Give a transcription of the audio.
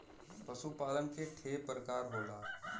पशु पालन के ठे परकार होला